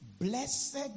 Blessed